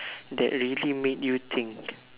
that really made you think